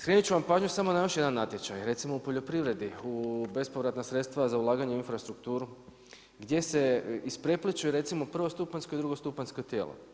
Skrenuti ću vam pažnju samo na još jedan natječaj, recimo u poljoprivredi, u bespovratna sredstva za ulaganje u infrastrukturu gdje se isprepliću recimo prvostupanjsko i drugostupanjsko tijelo.